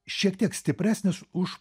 šiek tiek stipresnis už